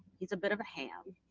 he's a bit of a ham.